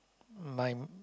my